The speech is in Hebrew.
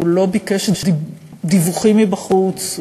הוא לא ביקש דיווחים מבחוץ,